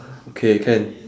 okay can